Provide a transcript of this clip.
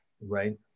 Right